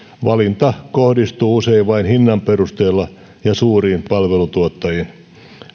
valinta kohdistuu usein vain hinnan perusteella ja suuriin palveluntuottajiin